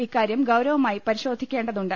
ഇക്കാര്യം ഗൌരവമായി പരിശോധിക്കേണ്ടതുണ്ട്